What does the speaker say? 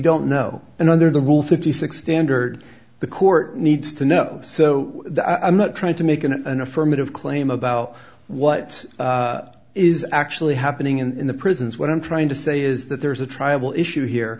don't know and under the rule fifty six standard the court needs to know so i'm not trying to make an an affirmative claim about what is actually happening in the prisons what i'm trying to say is that there's a tribal issue here